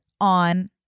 on